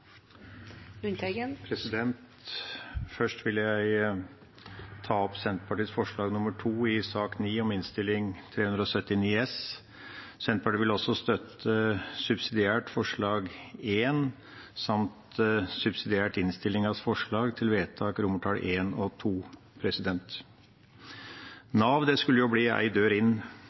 Først vil jeg ta opp Senterpartiets forslag nr. 2 i sak nr. 9, om Innst. 379 S for 2020–2021. Senterpartiet vil også subsidiært støtte forslag nr. 1 samt subsidiært innstillingas forslag til vedtak I og II. Nav skulle bli én dør inn.